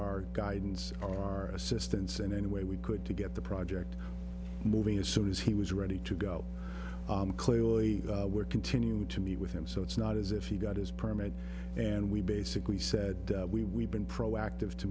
guidance or our assistance in any way we could to get the project moving as soon as he was ready to go clearly they were continue to meet with him so it's not as if he got his permit and we basically said we we've been proactive to